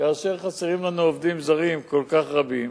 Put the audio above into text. כאשר חסרים לנו עובדים זרים כל כך רבים,